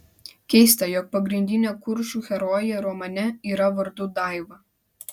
keista jog pagrindinė kuršių herojė romane yra vardu daiva